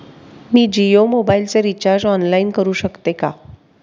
मी जियो मोबाइलचे recharge online करू शकते का?